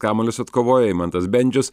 kamuolius atkovojo eimantas bendžius